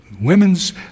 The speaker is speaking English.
women's